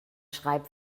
schreibt